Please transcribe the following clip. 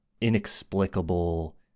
inexplicable